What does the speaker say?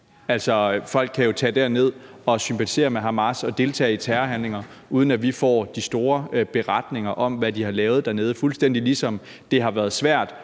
Folk kan jo tage derned og sympatisere med Hamas og deltage i terrorhandlinger, uden at vi får nogen beretninger om, hvad de har lavet dernede, fuldstændig ligesom det har været svært